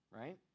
right